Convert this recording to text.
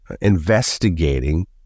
investigating